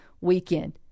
weekend